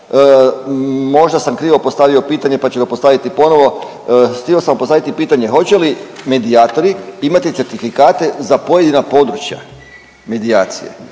Možda sam krivo postavio pitanje, pa ću ga postaviti ponovo. Htio sam postaviti pitanje hoće li medijatori imati certifikate za pojedina područja medijacije